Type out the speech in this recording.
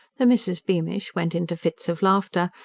the misses beamish went into fits of laughter,